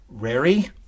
Rary